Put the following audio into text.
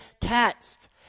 text